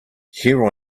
here